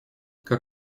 как